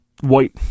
white